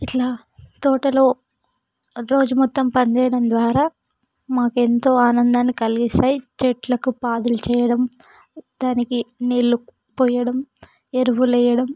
ఇలా తోటలో రోజు మొత్తం పనిచేయడం ద్వారా మాకు ఎంతో ఆనందాన్ని కలిగిస్తాయి చెట్లకు పాదులు చేయడం దానికి నీళ్ళు పోయడం ఎరువులు వేయడం